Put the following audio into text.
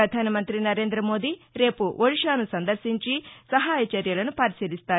పధానమంతి నరేందమోదీ రేపు ఒడిషాను సందర్శించి సహాయ చర్యలను పరిశీలిస్తారు